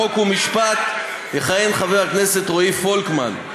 חוק ומשפט יכהן חבר הכנסת רועי פולקמן.